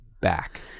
back